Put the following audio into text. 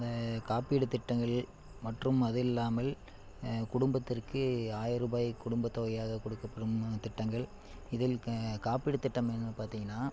காப்பீடு திட்டங்கள் மற்றும் அது இல்லாமல் குடும்பத்திற்கு ஆயிர ரூபாய் குடும்பத்தொகையாக கொடுக்கப்படும் திட்டங்கள் இதில் க காப்பீடு திட்டம் என்னென்னு பார்த்தீங்கன்னா